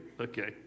okay